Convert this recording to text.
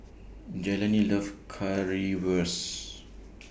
Jelani loves Currywurst